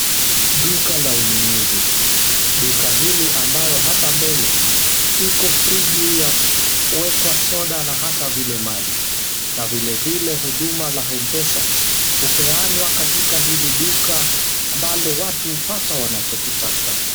Duka la ununuzi. Duka hili ambayo hapa mbele iko friji ya kuwekwa soda na hata vile maji na vilevile huduma la M-Pesa hupeanwa katika hili duka ambalo watu hupata wanachokitaka.